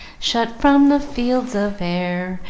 shut from the fields of air,